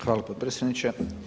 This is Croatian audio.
Hvala potpredsjedniče.